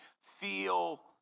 feel